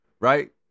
Right